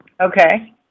Okay